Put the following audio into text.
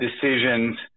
decisions